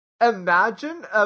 Imagine